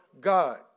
God